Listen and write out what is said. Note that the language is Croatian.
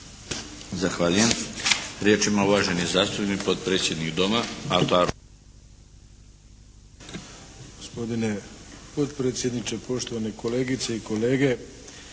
Zahvaljujem. Riječ ima uvaženi zastupnik, potpredsjednik Doma Mato